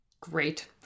great